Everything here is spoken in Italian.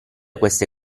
queste